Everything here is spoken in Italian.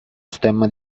stemma